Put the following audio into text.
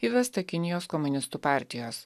įvestą kinijos komunistų partijos